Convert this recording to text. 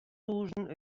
tûzen